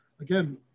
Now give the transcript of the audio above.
again